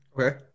okay